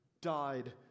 died